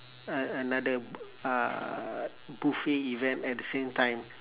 a~ another uh buffet event at the same time